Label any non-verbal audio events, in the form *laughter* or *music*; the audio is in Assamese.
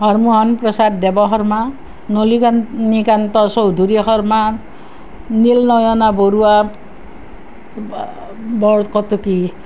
হৰমোহন প্ৰসাদ দেব শৰ্মা নলিনী কান্ত চৌধুৰী শৰ্মা নীল নয়না বৰুৱা *unintelligible* বৰকটকী